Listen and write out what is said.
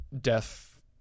death